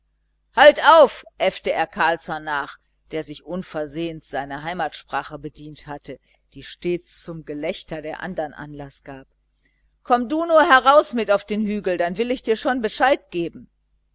halt auf äffte er carlsson nach der sich unversehens seiner heimatsprache bedient hatte die stets zum gelächter der andern anlaß gab komm du nur heraus auf den hügel dann will ich dir schon bescheid geben